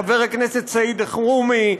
חבר הכנסת סעיד אלחרומי,